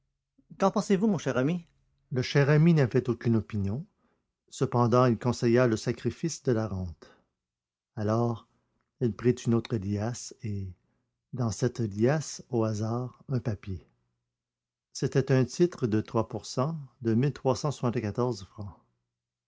qu'en pensez-vous mon cher ami le cher ami n'avait aucune opinion cependant il conseilla le sacrifice de la rente alors elle prit une autre liasse et dans cette liasse au hasard un papier c'était un titre de